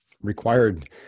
required